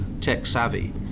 tech-savvy